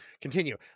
continue